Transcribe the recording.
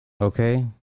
Okay